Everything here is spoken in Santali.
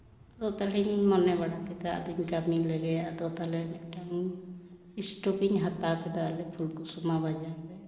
ᱟᱫᱚ ᱛᱟᱦᱚᱞᱮᱧ ᱢᱚᱱᱮ ᱵᱟᱲᱟ ᱠᱮᱫᱟ ᱟᱫᱚᱧ ᱠᱟᱹᱢᱤ ᱞᱮᱜᱮ ᱟᱫᱚ ᱛᱟᱦᱹᱞᱮ ᱢᱤᱫᱴᱟᱝ ᱤᱥᱴᱳᱵᱷ ᱤᱧ ᱦᱟᱛᱟᱣ ᱠᱮᱫᱟ ᱟᱞᱮ ᱯᱷᱩᱞ ᱠᱩᱥᱢᱟ ᱵᱟᱡᱟᱨ ᱨᱮ